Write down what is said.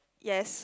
yes